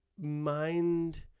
mind